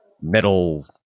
metal